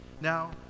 Now